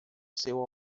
seu